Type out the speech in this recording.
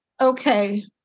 Okay